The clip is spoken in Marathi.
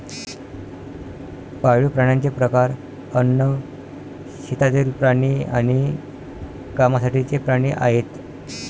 पाळीव प्राण्यांचे प्रकार अन्न, शेतातील प्राणी आणि कामासाठीचे प्राणी आहेत